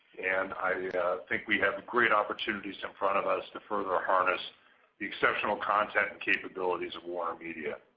and i think we have great opportunities in front of us to further harness the exceptional content and capabilities of warnermedia.